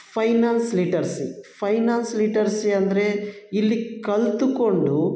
finance literacy finance literacy ಅಂದರೆ ಇಲ್ಲಿ ಕಲಿತುಕೊಂಡು